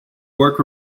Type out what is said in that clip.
work